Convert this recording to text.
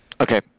Okay